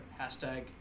hashtag